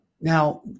now